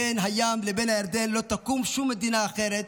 בין הים ובין הירדן לא תקום שום מדינה אחרת.